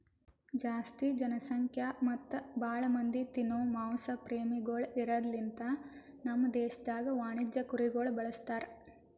ಜಾಸ್ತಿ ಜನಸಂಖ್ಯಾ ಮತ್ತ್ ಭಾಳ ಮಂದಿ ತಿನೋ ಮಾಂಸ ಪ್ರೇಮಿಗೊಳ್ ಇರದ್ ಲಿಂತ ನಮ್ ದೇಶದಾಗ್ ವಾಣಿಜ್ಯ ಕುರಿಗೊಳ್ ಬಳಸ್ತಾರ್